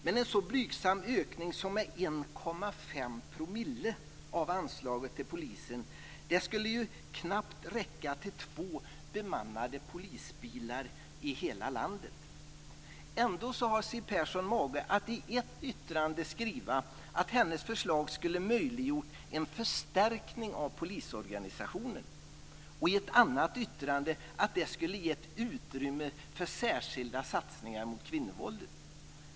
Men en så blygsam ökning som med 1,5 % av anslaget till polisen skulle ju knappt räcka till två bemannade polisbilar i hela landet. Ändå har Siw Persson mage att i ett yttrande skriva att hennes förslag skulle ha möjliggjort en förstärkning av polisorganisationen och i ett annat yttrande att det skulle ha givit utrymme för särskilda satsningar mot kvinnovåldet.